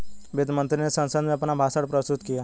वित्त मंत्री ने संसद में अपना भाषण प्रस्तुत किया